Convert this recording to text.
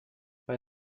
bei